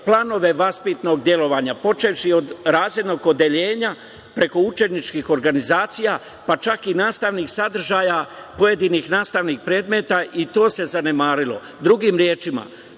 planove vaspitnog delovanja, počevši od razrednog odeljenja preko učeničkih organizacija, pa čak i nastavnih sadržaja pojedinih nastavnih predmeta, i to se zanemarilo. Drugim rečima,